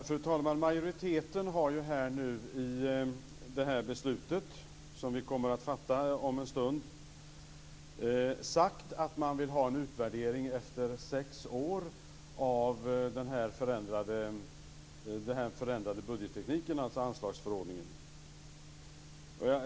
Fru talman! Majoriteten har i det beslut som vi kommer att fatta om en stund sagt att man vill ha en utvärdering efter sex år av den förändrade budgettekniken, alltså anslagsförordningen.